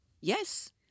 Yes